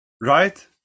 Right